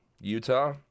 Utah